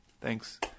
thanks